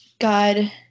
God